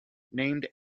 named